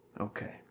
Okay